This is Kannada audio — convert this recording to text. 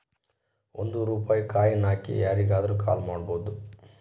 ಒಂದ್ ರೂಪಾಯಿ ಕಾಯಿನ್ ಹಾಕಿ ಯಾರಿಗಾದ್ರೂ ಕಾಲ್ ಮಾಡ್ಬೋದು